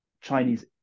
Chinese